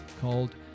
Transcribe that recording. called